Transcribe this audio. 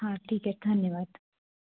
हां ठीक आहे धन्यवाद